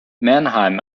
mannheim